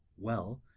well,